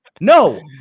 No